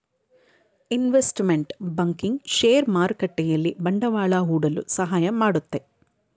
investment banking share ಮಾರುಕಟ್ಟೆಯಲ್ಲಿ ಬಂಡವಾಳ ಹೂಡಲು ಸಹಾಯ ಮಾಡುತ್ತೆ